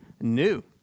new